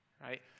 right